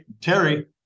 Terry